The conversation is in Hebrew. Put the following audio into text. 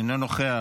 אינו נוכח,